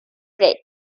bread